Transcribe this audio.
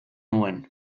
nuen